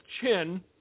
chin